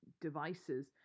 devices